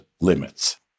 limits